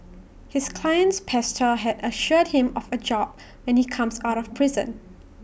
his client's pastor has assured him of A job when he comes out of prison